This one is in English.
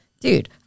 dude